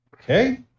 okay